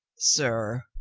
sir,